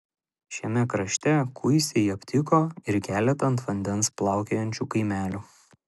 šiame krašte kuisiai aptiko ir keletą ant vandens plaukiojančių kaimelių